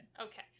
Okay